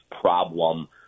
problem